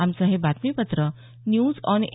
आमचं हे बातमीपत्र न्यूज ऑन ए